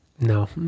No